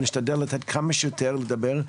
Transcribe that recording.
ונשתדל לתת כמה שיותר לדבר.